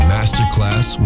Masterclass